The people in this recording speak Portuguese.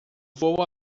vou